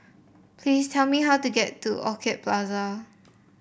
please tell me how to get to Orchid Plaza